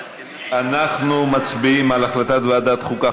אנחנו מצביעים על החלטת ועדת החוקה,